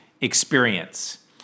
experience